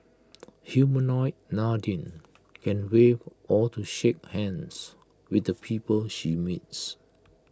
Humanoid Nadine can wave to or shake hands with the people she meets